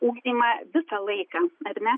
ugdymą visą laiką ar ne